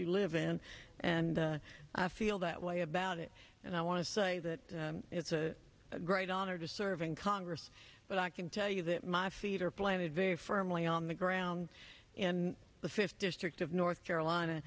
you live in and i feel that way about it and i want to say that it's a great honor to serve in congress but i can tell you that my feet are planted very firmly on the ground in the fifth district of north carolina